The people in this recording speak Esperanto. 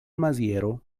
maziero